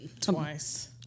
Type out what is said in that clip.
Twice